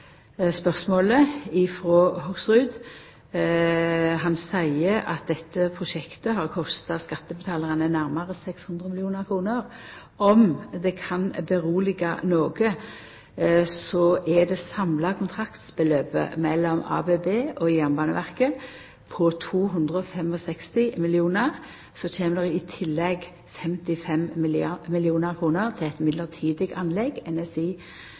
spørsmålet frå Hoksrud når han seier at dette prosjektet har kosta skattebetalarane nærare 600 mill. kr: Om det kan roe han noko, er det samla kontraktbeløpet mellom ABB og Jernbaneverket på 265 mill. kr. Så kjem det i tillegg 55 mill. kr til eit midlertidig anlegg,